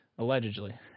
Allegedly